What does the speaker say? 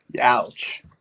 Ouch